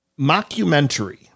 mockumentary